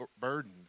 burden